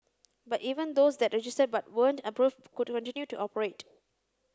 but even those that registered but weren't approved could continue to operate